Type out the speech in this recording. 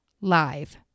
live